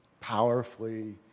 powerfully